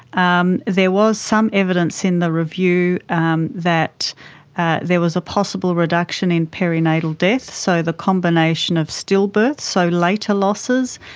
um there was some evidence in the review um that there was a possible reduction in perinatal deaths, so the combination of stillbirths, so later losses,